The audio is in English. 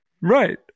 Right